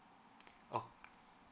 oh